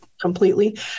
completely